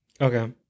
Okay